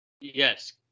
yes